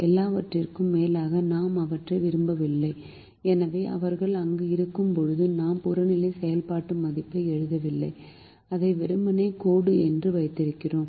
எல்லாவற்றிற்கும் மேலாக நாம் அவற்றை விரும்பவில்லை எனவே அவர்கள் அங்கு இருக்கும் போது நாம் புறநிலை செயல்பாட்டு மதிப்பை எழுதவில்லை அதை வெறுமனே கோடு என்று வைத்திருக்கிறோம்